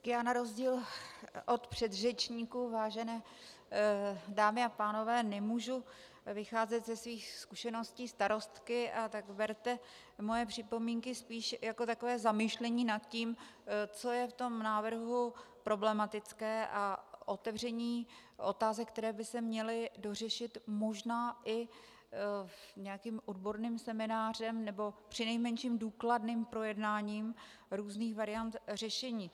Já na rozdíl od předřečníků, vážené dámy a pánové, nemohu vycházet ze svých zkušeností starostky, a tak berte moje připomínky spíš jako takové zamyšlení nad tím, co je v tom návrhu problematické, a otevření otázek, které by se měly dořešit možná i nějakým odborným seminářem nebo přinejmenším důkladným projednáním různých variant řešení.